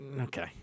Okay